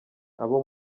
abo